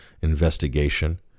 investigation